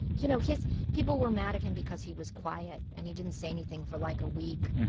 you know, his people were mad at him because he was quiet, and he didn't say anything for, like, a week.